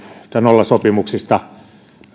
nollasopimuksista